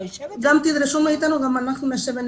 תדרשו מאתנו נשב שוב